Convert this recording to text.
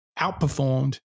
outperformed